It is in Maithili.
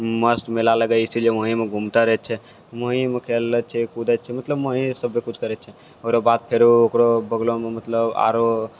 मस्त मेला लगै छै इसीलिए वहीँ घूमते रहै छियै वहीँमे खेलै छियै कूदै छियै मतलब वहीँ सबे कुछ करै छियै ओकर बाद फेरो ओकरो बगलोमे मतलब आरो